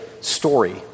story